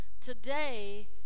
today